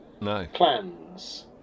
plans